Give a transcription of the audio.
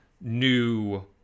new